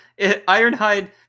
Ironhide